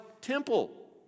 temple